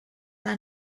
una